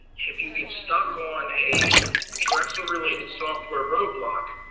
if you get stuck on a drexel-related software roadblock,